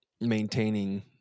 maintaining